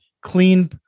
clean